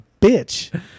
bitch